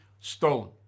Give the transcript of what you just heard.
stolen